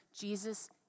Jesus